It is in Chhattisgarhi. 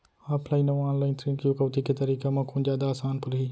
ऑफलाइन अऊ ऑनलाइन ऋण चुकौती के तरीका म कोन जादा आसान परही?